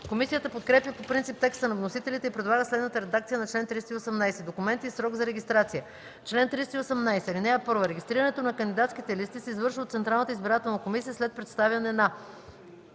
Комисията подкрепя по принцип текста на вносителите и предлага следната редакция на чл. 318: „Документи и срок за регистрация Чл. 318. (1) Регистрирането на кандидатските листи се извършва от Централната избирателна комисия след представяне на: